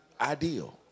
ideal